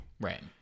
right